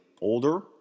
older